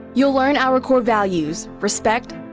you'll learn our core values. respect.